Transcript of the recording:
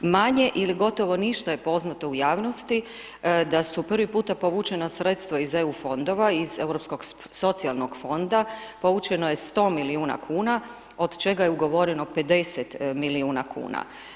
Manje ili gotovo ništa je poznato u javnosti, da su prvi puta povučena sredstva iz EU fondova, iz europskog socijalnog fonda, povučeno je 100 milijuna kuna, od čega je ugovoreno 50 milijuna kuna.